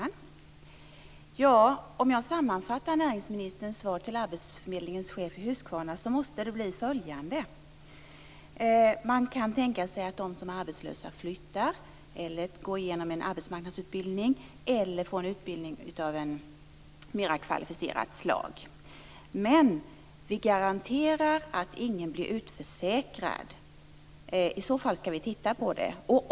Fru talman! Om jag sammanfattar näringsministerns svar till arbetsförmedlingens chef i Huskvarna måste det bli på följande sätt: Man kan tänka sig att de som är arbetslösa flyttar, går igenom en arbetsmarknadsutbildning eller får en utbildning av mer kvalificerat slag. Men vi garanterar att ingen blir utförsäkrad. I så fall skall vi titta på det.